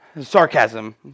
Sarcasm